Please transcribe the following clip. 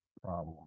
problem